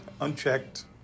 unchecked